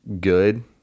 good